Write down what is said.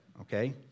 okay